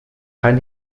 kein